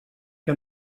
que